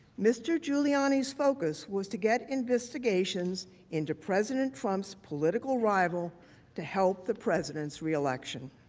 mr. giuliani, his focus was to get investigations into president trump's political rival to help the president's reelection.